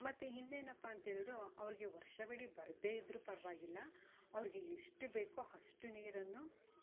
ಮತ್ತು ಇನ್ನೇನಪ್ಪ ಅಂತೇಳುರು ಅವ್ರ್ಗೆ ವರ್ಷವಿಡೀ ಬರದೇ ಇದ್ದರೂ ಪರವಾಗಿಲ್ಲ ಅವ್ರ್ಗೆ ಎಷ್ಟು ಬೇಕೋ ಅಷ್ಟು ನೀರನ್ನು